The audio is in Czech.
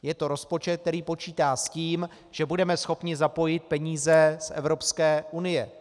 Je to rozpočet, který počítá s tím, že budeme schopni zapojit peníze z Evropské unie.